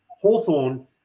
Hawthorne